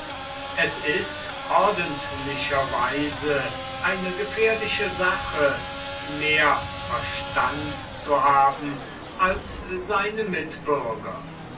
es ist ordentlicher weise eine gefährliche sache mehr verstand zu haben als seine mitbürger